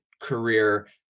career